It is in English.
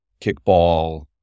kickball